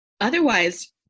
otherwise